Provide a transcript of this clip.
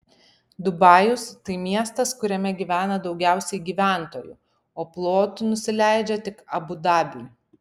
dubajus tai miestas kuriame gyvena daugiausiai gyventojų o plotu nusileidžia tik abu dabiui